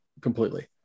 completely